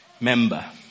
member